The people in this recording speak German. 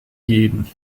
jeden